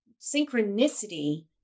synchronicity